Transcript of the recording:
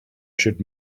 should